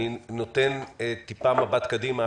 אני נותן טיפה מבט קדימה.